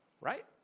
right